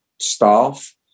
staff